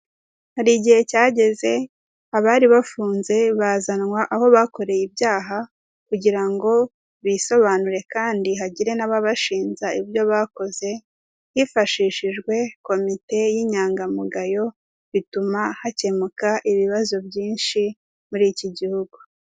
Hari igihe cyageze abari bafunze bazanwa aho bakoreye ibyaha kugira ngo bisobanure kandi hagire n'ababashinja ibyo bakoze, hifashishijwe komite y'inyangamugayo bituma hakemuka ibibazo byinshi muri iki gihugu.